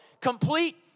complete